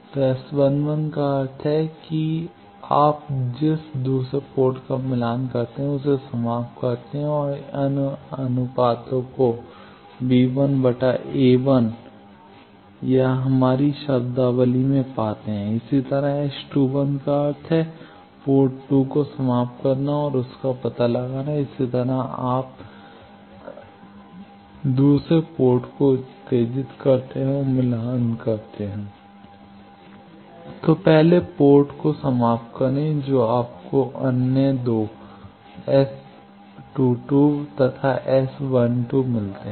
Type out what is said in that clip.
तो S 11 का अर्थ है कि आप जिस दूसरे पोर्ट का मिलान करते हैं उसे समाप्त करते हैं और इन अनुपातों को b1 a1 या हमारी शब्दावली में पाते हैं इसी तरह S 2 1 का अर्थ है पोर्ट 2 को समाप्त करना और उसका पता लगाना इसी तरह यदि आप दूसरे पोर्ट को उत्तेजित करते हैं और मिलान करते हैं तो पहले पोर्ट को समाप्त करें जो आपको अन्य 2 S 22 तथा S 12 मिलते हैं